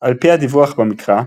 על פי הדיווח במקרא,